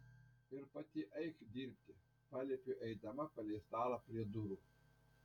ir pati eik dirbti paliepiu eidama palei stalą prie durų